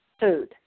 food